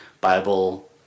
Bible